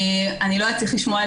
אני לא אצליח לשמוע גם